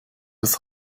bis